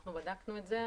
אנחנו בדקנו את זה.